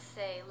say